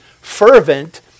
fervent